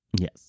Yes